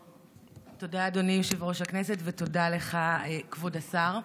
תודה, אדוני יושב-ראש הכנסת, ותודה לך, כבוד השר.